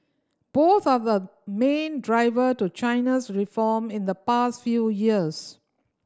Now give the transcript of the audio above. both are the main driver to China's reform in the past few years